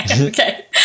Okay